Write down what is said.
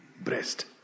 breast